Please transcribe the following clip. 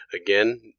again